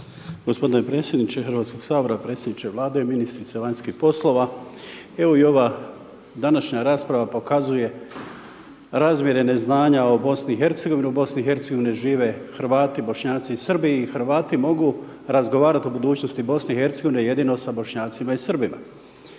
Gospodine predsjedniče Hrvatskog sabora, predsjedniče Vlade, ministrice vanjskih poslova. Evo i ova današnja rasprava pokazuje razmjerene znanja o Bosni i Hercegovini, u Bosni i Hercegovini žive Hrvati, Bošnjaci i Srbi, i Hrvati mogu razgovarat o budućnosti Bosne i Hercegovine jedino sa Bošnjacima i Srbima.